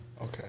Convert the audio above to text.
Okay